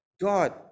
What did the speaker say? God